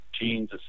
genes